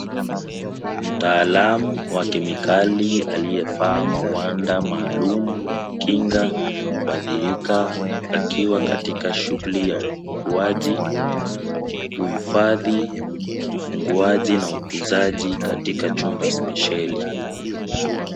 Mtaalamu wa kemikali aliyevaa mawanda maalum kumkinga kuadhirika akiwa katika shughuli ya ufunguaji, uhifadhi, ufunguaji na utunzaji katika chumba spesheli .